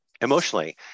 emotionally